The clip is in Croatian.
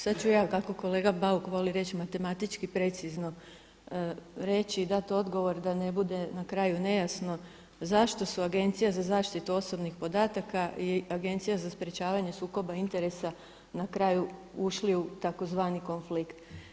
Sada ću ja kako kolega Bauk voli reći matematički precizno reći dat odgovor da ne bude na kraju nejasno zašto su Agencije za zaštitu osobnih podataka i Agencija za sprečavanje sukoba interesa na kraju ušli u tzv. konflikt.